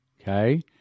okay